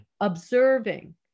observing